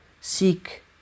Seek